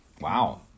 wow